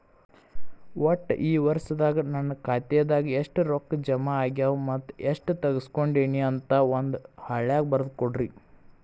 ಒಟ್ಟ ಈ ವರ್ಷದಾಗ ನನ್ನ ಖಾತೆದಾಗ ಎಷ್ಟ ರೊಕ್ಕ ಜಮಾ ಆಗ್ಯಾವ ಮತ್ತ ಎಷ್ಟ ತಗಸ್ಕೊಂಡೇನಿ ಅಂತ ಒಂದ್ ಹಾಳ್ಯಾಗ ಬರದ ಕೊಡ್ರಿ